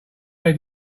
they